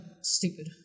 stupid